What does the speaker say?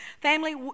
Family